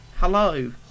Hello